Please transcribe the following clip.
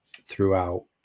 throughout